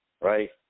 right